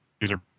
user